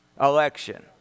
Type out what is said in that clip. Election